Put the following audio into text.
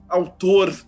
autor